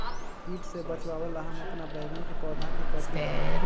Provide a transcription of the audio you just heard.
किट से बचावला हम अपन बैंगन के पौधा के कथी करू?